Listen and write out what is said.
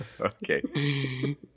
Okay